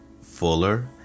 Fuller